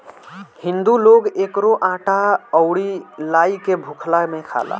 हिंदू लोग एकरो आटा अउरी लाई के भुखला में खाला